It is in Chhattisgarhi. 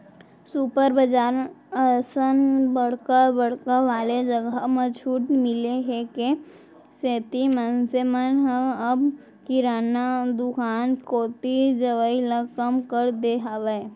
सुपर बजार असन बड़का बड़का वाले जघा म छूट मिले के सेती मनसे मन ह अब किराना दुकान कोती जवई ल कम कर दे हावय